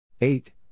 Eight